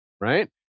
right